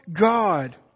God